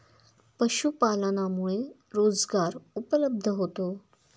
पशुपालनामुळे रोजगार उपलब्ध होतो